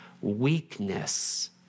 Weakness